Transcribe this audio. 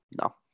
No